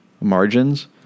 margins